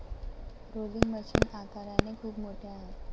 rolling machine आकाराने खूप मोठे आहे